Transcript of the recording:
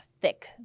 thick